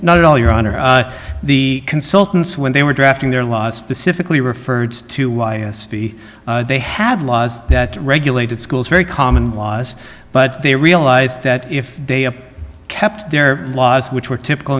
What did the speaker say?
not at all your honor the consultants when they were drafting their law specifically referred to why they had laws that regulated schools very common laws but they realized that if they kept their laws which were typical